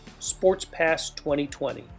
sportspass2020